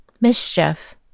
mischief